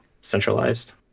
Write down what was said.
centralized